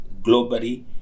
globally